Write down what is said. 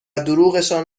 دروغشان